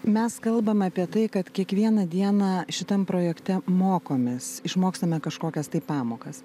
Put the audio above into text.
mes kalbam apie tai kad kiekvieną dieną šitam projekte mokomės išmokstame kažkokias tai pamokas